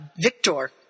Victor